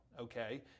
okay